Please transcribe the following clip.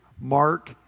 Mark